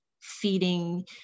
feeding